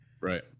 right